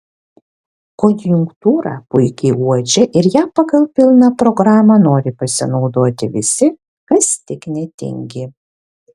konjunktūrą puikiai uodžia ir ja pagal pilną programą nori pasinaudoti visi kas tik netingi